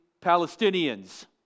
Palestinians